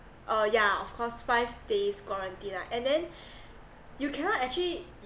uh yeah of course five days quarantine lah and then you cannot actually